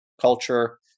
culture